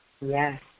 Yes